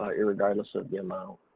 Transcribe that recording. ah irregardless of the amount.